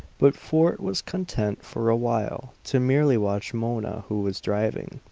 but fort was content for a while to merely watch mona, who was driving.